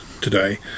today